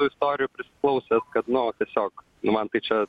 esu istorijų prisiklausęs kad nu tiesiog nu man tai čia